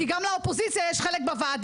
גם לאופוזיציה יש חלק בוועדה.